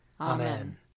Amen